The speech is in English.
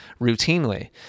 routinely